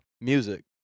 music